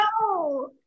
no